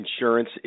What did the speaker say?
insurance